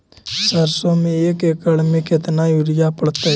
सरसों में एक एकड़ मे केतना युरिया पड़तै?